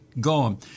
gone